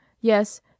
Yes